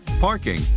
parking